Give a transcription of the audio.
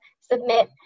submit